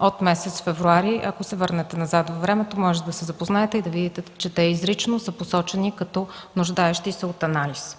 от месец февруари и ако се върнете назад във времето, може да се запознаете и да видите, че те изрично са посочени като нуждаещи се от анализ.